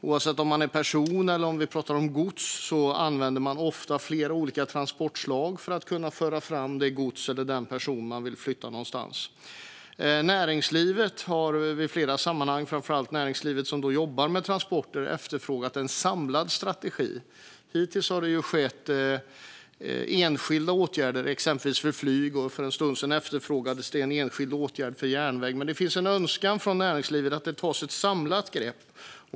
Oavsett om vi pratar om person eller gods används ofta flera olika transportslag. Näringslivet har i flera sammanhang, framför allt näringslivet som jobbar med transporter, efterfrågat en samlad strategi. Hittills har det skett enskilda åtgärder, exempelvis för flyg, och för en stund sedan efterfrågades en enskild åtgärd för järnväg. Men det finns en önskan från näringslivet om att det ska tas ett samlat grepp.